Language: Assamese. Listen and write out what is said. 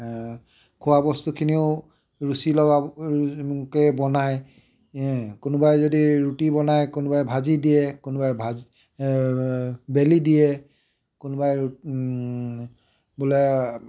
খোৱাবস্তুখিনিও ৰুচি লগাকৈ বনায় কোনোবাই যদি ৰুটি বনায় কোনোবাই ভাজি দিয়ে কোনোবাই বেলি দিয়ে কোনোবাই বোলে